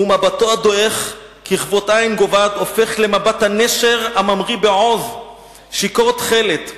ומבטו הדועך ככבות עין גוועת הופך למבט הנשר הממריא בעוז שיכור תכלת,